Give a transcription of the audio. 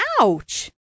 Ouch